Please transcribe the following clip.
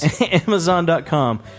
Amazon.com